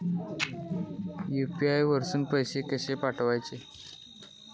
UPI वरसून पैसे कसे पाठवचे?